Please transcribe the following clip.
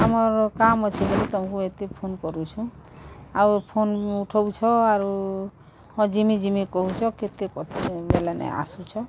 ଆମର୍ କାମ୍ ଅଛି ବୋଲି ତମକୁ ଏତେ ଫୋନ୍ କରୁଛୁ ଆଉ ଫୋନ୍ ଉଠଉଛ ଆରୁ ହଁ ଜିମି ଜିମି କହୁଛ କେତେ କଥା ବେଲେ ନାଇଁ ଆସୁଛ